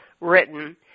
written